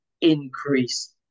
increase